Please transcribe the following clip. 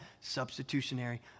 Substitutionary